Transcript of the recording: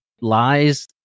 lies